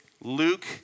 Luke